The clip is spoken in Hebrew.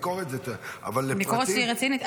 ביקורת זה טוב -- הביקורת שלי רצינית.